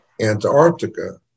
Antarctica